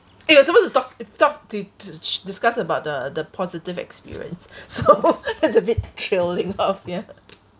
eh we were supposed to talk talk to to discuss about the the positive experience so that's a bit trailing off ya